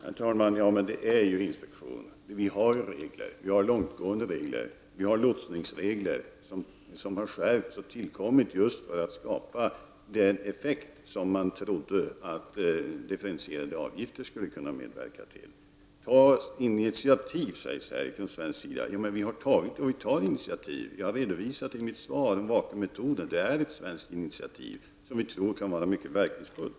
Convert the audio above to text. Herr talman! Det sker en inspektion. Vi har långtgående regler, vi har lotsningsregler som har skärpts och som tillkommit just för att skapa den effekt som man trodde att de differentierade avgifterna skulle ha. Ta initiativ från svensk sida, sägs det. Men vi har tagit och tar initiativ. Jag har i mitt svar redovisat vakuummetoden. Det är ett svenskt initiativ som vi tror kan vara mycket verkningsfullt.